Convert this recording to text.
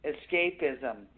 Escapism